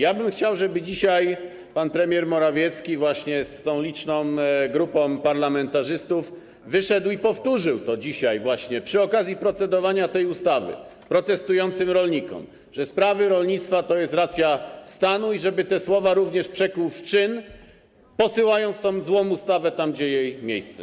Ja bym chciał, żeby dzisiaj pan premier Morawiecki z tą liczną grupą parlamentarzystów wyszedł i powtórzył dzisiaj właśnie, przy okazji procedowania nad tą ustawą, protestującym rolnikom, że sprawy rolnictwa to jest racja stanu, i żeby te słowa również przekuł w czyn, posyłając tę złą ustawę tam, gdzie jej miejsce.